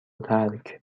ترک